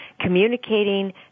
communicating